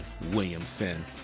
Williamson